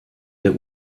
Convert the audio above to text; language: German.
der